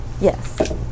Yes